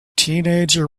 teenager